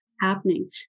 happening